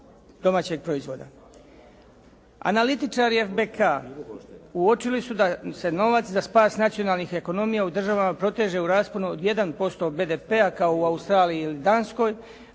domaćeg proizvoda. Analitičari FBK-a uočili su da se novac za spas nacionalnih ekonomija u državama proteže u rasponu od 1% BDP-a kao u Australiji ili Danskoj